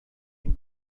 این